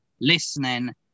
listening